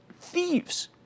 thieves